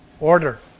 order